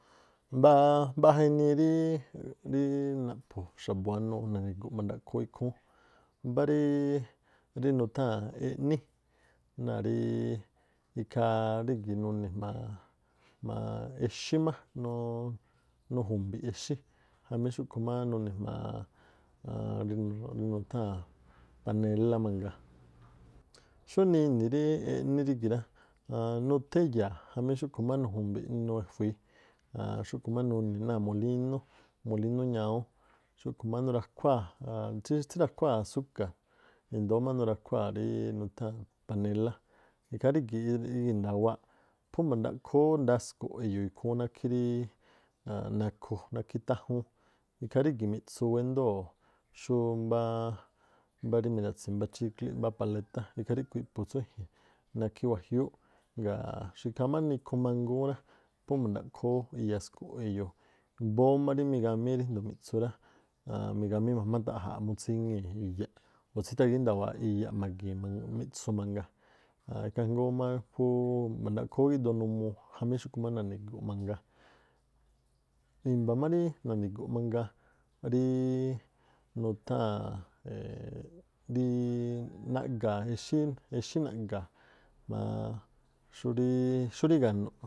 Mbáá mbaꞌja inii ríí-ríí- naꞌphu xa̱buanuu nani̱gu̱ꞌ mba̱ndaꞌkhoo ú ikhúún, mbá rí nutháa̱n eꞌní. Ikhaa rígi̱ nuni̱ jma̱a- jma̱a- exí má, nuju̱mbi̱ exí, jamí xúꞌkhu̱ má nuni̱ jma̱a aan rí nutháa̱n panélá mangaa. Xúnii ini̱ rí eꞌni rígi̱ rá, aan nuthé ya̱a̱ jamí xúꞌkhu̱ má nuju̱mbi̱ꞌ inuu e̱jui̱i aan xúkhu̱ má nuni̱ náa̱ molínú, molínú ñawún xúꞌkhu̱ má nurakhúa̱ aan tsítsí- tsirakhuáa̱- asúka̱a̱r i̱ndóó má nurakhuáa̱ rí nutháa̱n panélá ikhaa rígi̱ igi̱ndawaa̱ꞌ phú ma̱ndaꞌkhoo ú ndasku̱ꞌ eꞌyo̱o̱ ikhúún rí nakhu nákhí tájúún, ikhaa rígi̱ mi̱ꞌtsu mbá xú wéndoo̱ xú mbáá mbá rí mira̱tsi̱ mbá chíclíꞌ o̱ mbá palétá ikhaa ríꞌkhui̱ iꞌphu̱ tsú nakhí wajiúúꞌ, nga̱a̱ ikhaa má nikhu mangúún rá, pú ma̱ndaꞌkhoo ú iyasku̱ꞌ e̱yo̱o̱, mbóó má rí migamíí ríndoo̱ mi̱ꞌtsu rá aan migamíí ma̱jmá taꞌja̱a̱ꞌ murí tsíŋii̱ iyaꞌ o̱ tsítha̱gíndawaa̱ꞌ iyaꞌ ma̱gi̱i̱n mi̱ꞌtsu mangaa, ikhaa jngóó má phú ma̱ndaꞌkhoo ú gíꞌdoo numuu jamí xúꞌkhu̱ má na̱ni̱gu̱ꞌ mangaa. I̱mba̱ má rí nani̱gu̱ꞌ mangaa ríí nutháa̱n naꞌga̱a̱ exí, exí naꞌga̱a̱ jma̱a xúrí ga̱jnu̱ꞌ.